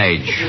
Age